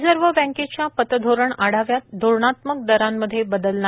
reserve बँकेच्या पतधोरण आठाव्यात धोरणात्मक दरांमध्ये बदल नाही